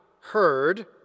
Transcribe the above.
heard